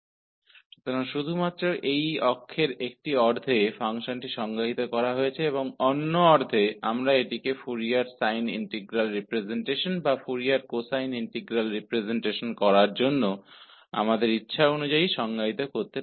तो इस एक्सिस के केवल एक आधे हिस्से में फ़ंक्शन को परिभाषित किया गया है और दूसरे आधे में हम इसे अपनी इच्छा के अनुसार फोरियर साइन इंटीग्रल रिप्रजेंटेशन या फोरियर कोसाइन इंटीग्रल रिप्रजेंटेशन के लिए परिभाषित कर सकते हैं